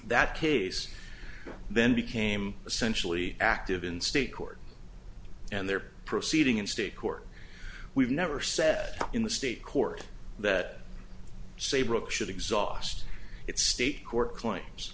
that case then became essentially active in state court and they're proceeding in state court we've never said in the state court that saybrook should exhaust it state court claims